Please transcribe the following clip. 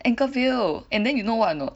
Anchorvale and then you know what anot